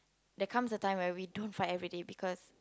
there comes a time when we don't fight every day because